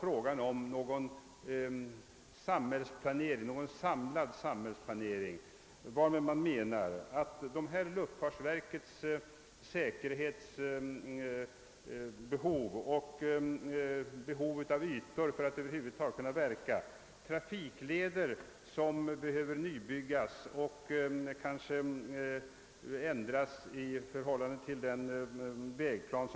Luftfartsverket har emellertid inte gjort någon samlad samhällsplanering, utan har i sitt förslag endast tagit hänsyn till de säkerhetskrav och de krav på ytor som verket uppställer. Däremot har man inte gjort någon utredning om vilka trafikleder som behöver byggas och hur den nu gällande vägplanen eventuellt behöver ändras.